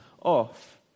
off